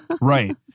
Right